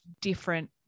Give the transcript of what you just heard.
different